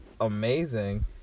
amazing